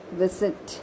visit